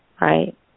right